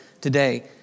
today